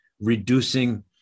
reducing